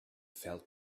felt